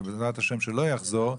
ובעזרת השם שלא יחזור,